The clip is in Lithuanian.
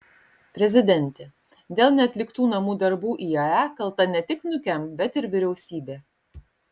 prezidentė dėl neatliktų namų darbų iae kalta ne tik nukem bet ir vyriausybė